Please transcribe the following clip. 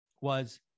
was-